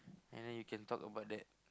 and then you can talk about that